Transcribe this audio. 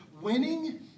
winning